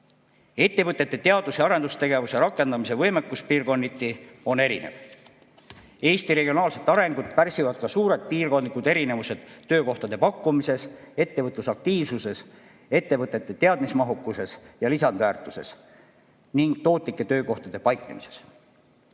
Ettevõtete teadus‑ ja arendustegevuse rakendamise võimekus piirkonniti on erinev. Eesti regionaalset arengut pärsivad ka suured piirkondlikud erinevused töökohtade pakkumises, ettevõtlusaktiivsuses, ettevõtete teadmismahukuses ja lisandväärtuses ning tootlike töökohtade paiknemises.